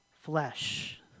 flesh